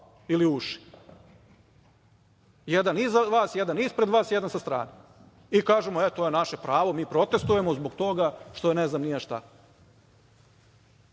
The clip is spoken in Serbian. ili u uši. Jedan iza vas, jedan ispred vas, jedan sa strane i kažemo – to je naše pravo, mi protestujemo zbog toga što je ne znam ni ja